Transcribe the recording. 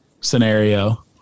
scenario